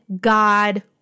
God